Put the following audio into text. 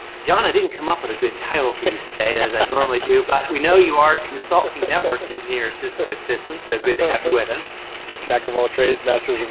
john i didn't come up with a good title for you today as i normally do about we know you are consulting network engineer so so assistant assistance so good to have with us jack of all trades master of